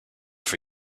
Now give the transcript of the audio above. for